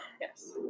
Yes